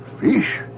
Fish